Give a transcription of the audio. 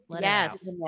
Yes